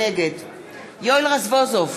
נגד יואל רזבוזוב,